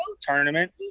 Tournament